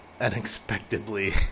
unexpectedly